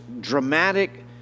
dramatic